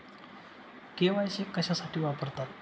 KYC कशासाठी वापरतात?